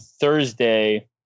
Thursday